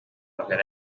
magana